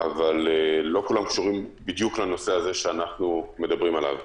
אבל לא כולם קשורים בדיוק לנושא הזה שאנחנו מדברים עליו.